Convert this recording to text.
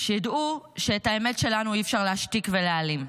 שידעו שאת האמת שלנו אי-אפשר להשתיק ולהעלים.